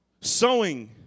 Sowing